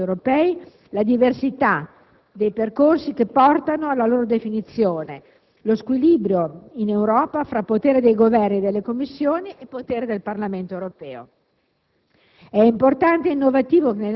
nella lettura degli obiettivi strategici europei la diversità dei percorsi che portano alla loro definizione, lo squilibrio in Europa fra potere dei governi e delle commissioni e potere del Parlamento europeo).